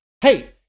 hey